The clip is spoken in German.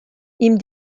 ihm